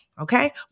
Okay